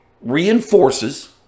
reinforces